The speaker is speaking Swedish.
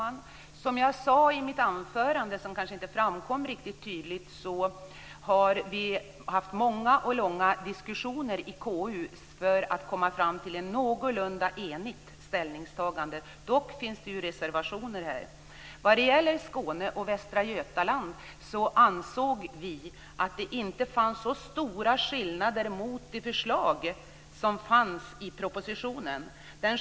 Fru talman! Jag sade i mitt anförande - men det kom kanske inte fram riktigt tydligt - att vi i KU har haft många och långa diskussioner för att komma fram till ett någorlunda enigt ställningstagande. Dock finns det också reservationer. Vad gäller Skåne och Västra Götaland ansåg vi att det inte förelåg så stora skillnader i förhållande till förslaget i propositionen.